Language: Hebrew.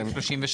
את הסעיף, כן.